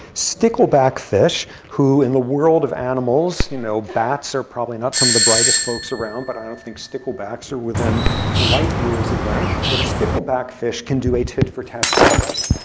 stickleback fish who, in the world of animals you know, bats are probably not some of the brightest folks around. but i don't think sticklebacks are within light years of them. but stickleback fish can do a tit for tat strategy.